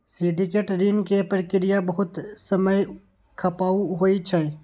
syndicate ऋण के प्रक्रिया बहुत समय खपाऊ होइ छै